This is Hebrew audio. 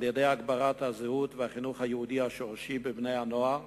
על-ידי הגברת הזהות והחינוך היהודי השורשי לבני-הנוער,